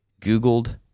Googled